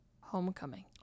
Homecoming